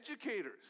educators